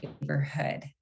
neighborhood